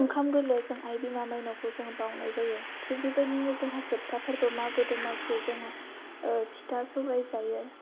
ओंखाम गोरलैयाव जों आइ बिमा माइनावखौ जों बावनाय जायो थिग बेबायदिनो जोंहा जोबथा फोरबो मागो दमासियाव जोङो फिथा सौराइ जायो